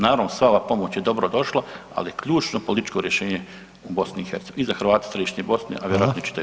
Naravno sva ova pomoć je dobro došla, ali je ključno političko rješenje u BiH i za Hrvate Središnje Bosne, a vjerojatno i čitave BiH.